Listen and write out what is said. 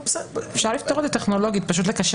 אפשר לפתור את זה טכנולוגית: פשוט לקשר